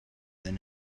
than